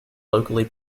locally